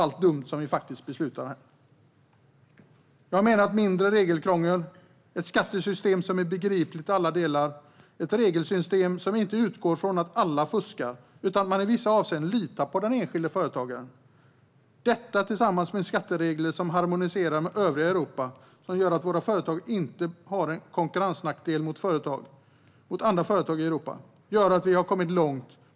Jag menar att vi har kommit långt med att kvalitetssäkra våra beslut gentemot företagen genom mindre regelkrångel, ett skattesystem som är begripligt i alla delar och ett regelsystem som inte utgår från att alla fuskar utan där man i vissa avseenden litar på den enskilda företagaren, och detta tillsammans med skatteregler som harmoniserar med övriga Europa och gör att våra företag inte har en konkurrensnackdel mot andra företag i Europa.